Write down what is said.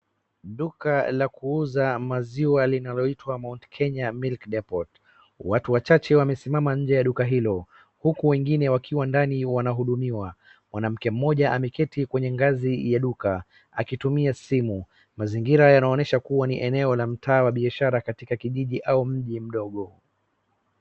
Duka la kuuza maziwa linaloitwa Mount Kenya Milk Depot . Watu wachache wamesimama nje ya duka hilo huku wengine wakiwa ndani wanahudumiwa. Mwanamke mmoja ameketi kwenye ngazi ya duka akitumia simu. Mazingira yanaonyesha kuwa ni eneo la mtaa wa biashara katika kijiji au mji mdogo.